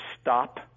Stop